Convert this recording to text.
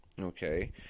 okay